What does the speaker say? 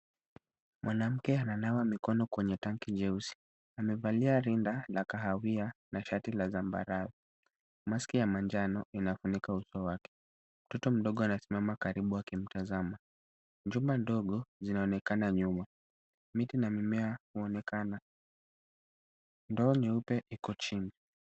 Mwanamke ananawa mikono kwenye tanki nyeusi. Amevalia rinda la kahawia na shati la zambarau. Maski ya manjano inafunika uso wake. Mtoto mdogo anasimama karibu akimtazama. Jumba ndogo zinaonekana nyuma. Miti na mimea hunaonekana. Ndoo nyeupe iko chini.